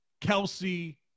Kelsey